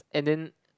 and then